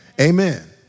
Amen